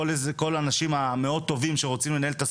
כל האנשים המאוד טובים שרוצים לנהל את הספורט,